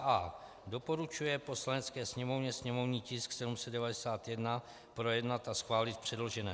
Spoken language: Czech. a) doporučuje Poslanecké sněmovně sněmovní tisk 791 projednat a schválit v předloženém znění,